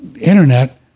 internet